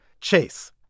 Chase